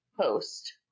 post